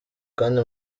kandi